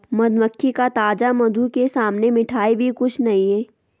मधुमक्खी का ताजा मधु के सामने मिठाई भी कुछ नहीं